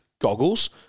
goggles